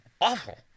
awful